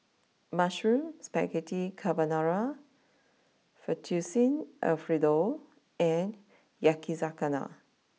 Mushroom Spaghetti Carbonara Fettuccine Alfredo and Yakizakana